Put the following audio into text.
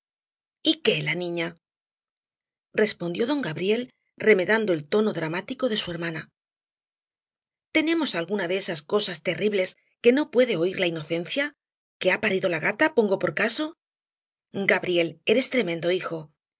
qué la niña respondió don gabriel remedando el tono dramático de su hermana tenemos alguna de esas cosas terribles que no puede oir la inocencia que ha parido la gata pongo por caso gabriel eres tremendo hijo